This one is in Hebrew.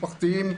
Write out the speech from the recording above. משפחתיים,